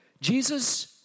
Jesus